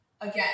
again